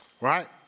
right